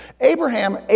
Abraham